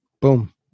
Boom